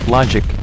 Logic